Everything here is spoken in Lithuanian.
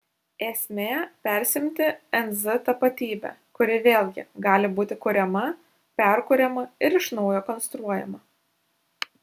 esmė persiimti nz tapatybe kuri vėlgi gali būti kuriama perkuriama ir iš naujo konstruojama